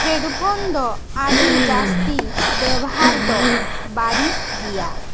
headphone ᱫᱚ ᱟᱹᱰᱤ ᱡᱟᱹᱥᱛᱤ ᱵᱮᱣᱦᱟᱨ ᱫᱚ ᱵᱟᱹᱲᱤᱡ ᱜᱮᱭᱟ